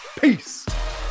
peace